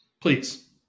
Please